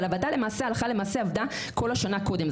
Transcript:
אבל הוועדה הלכה למעשה עבדה כל השנה קודם.